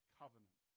covenant